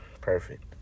Perfect